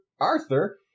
Arthur